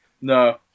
No